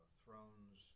thrones